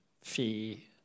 fee